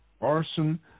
arson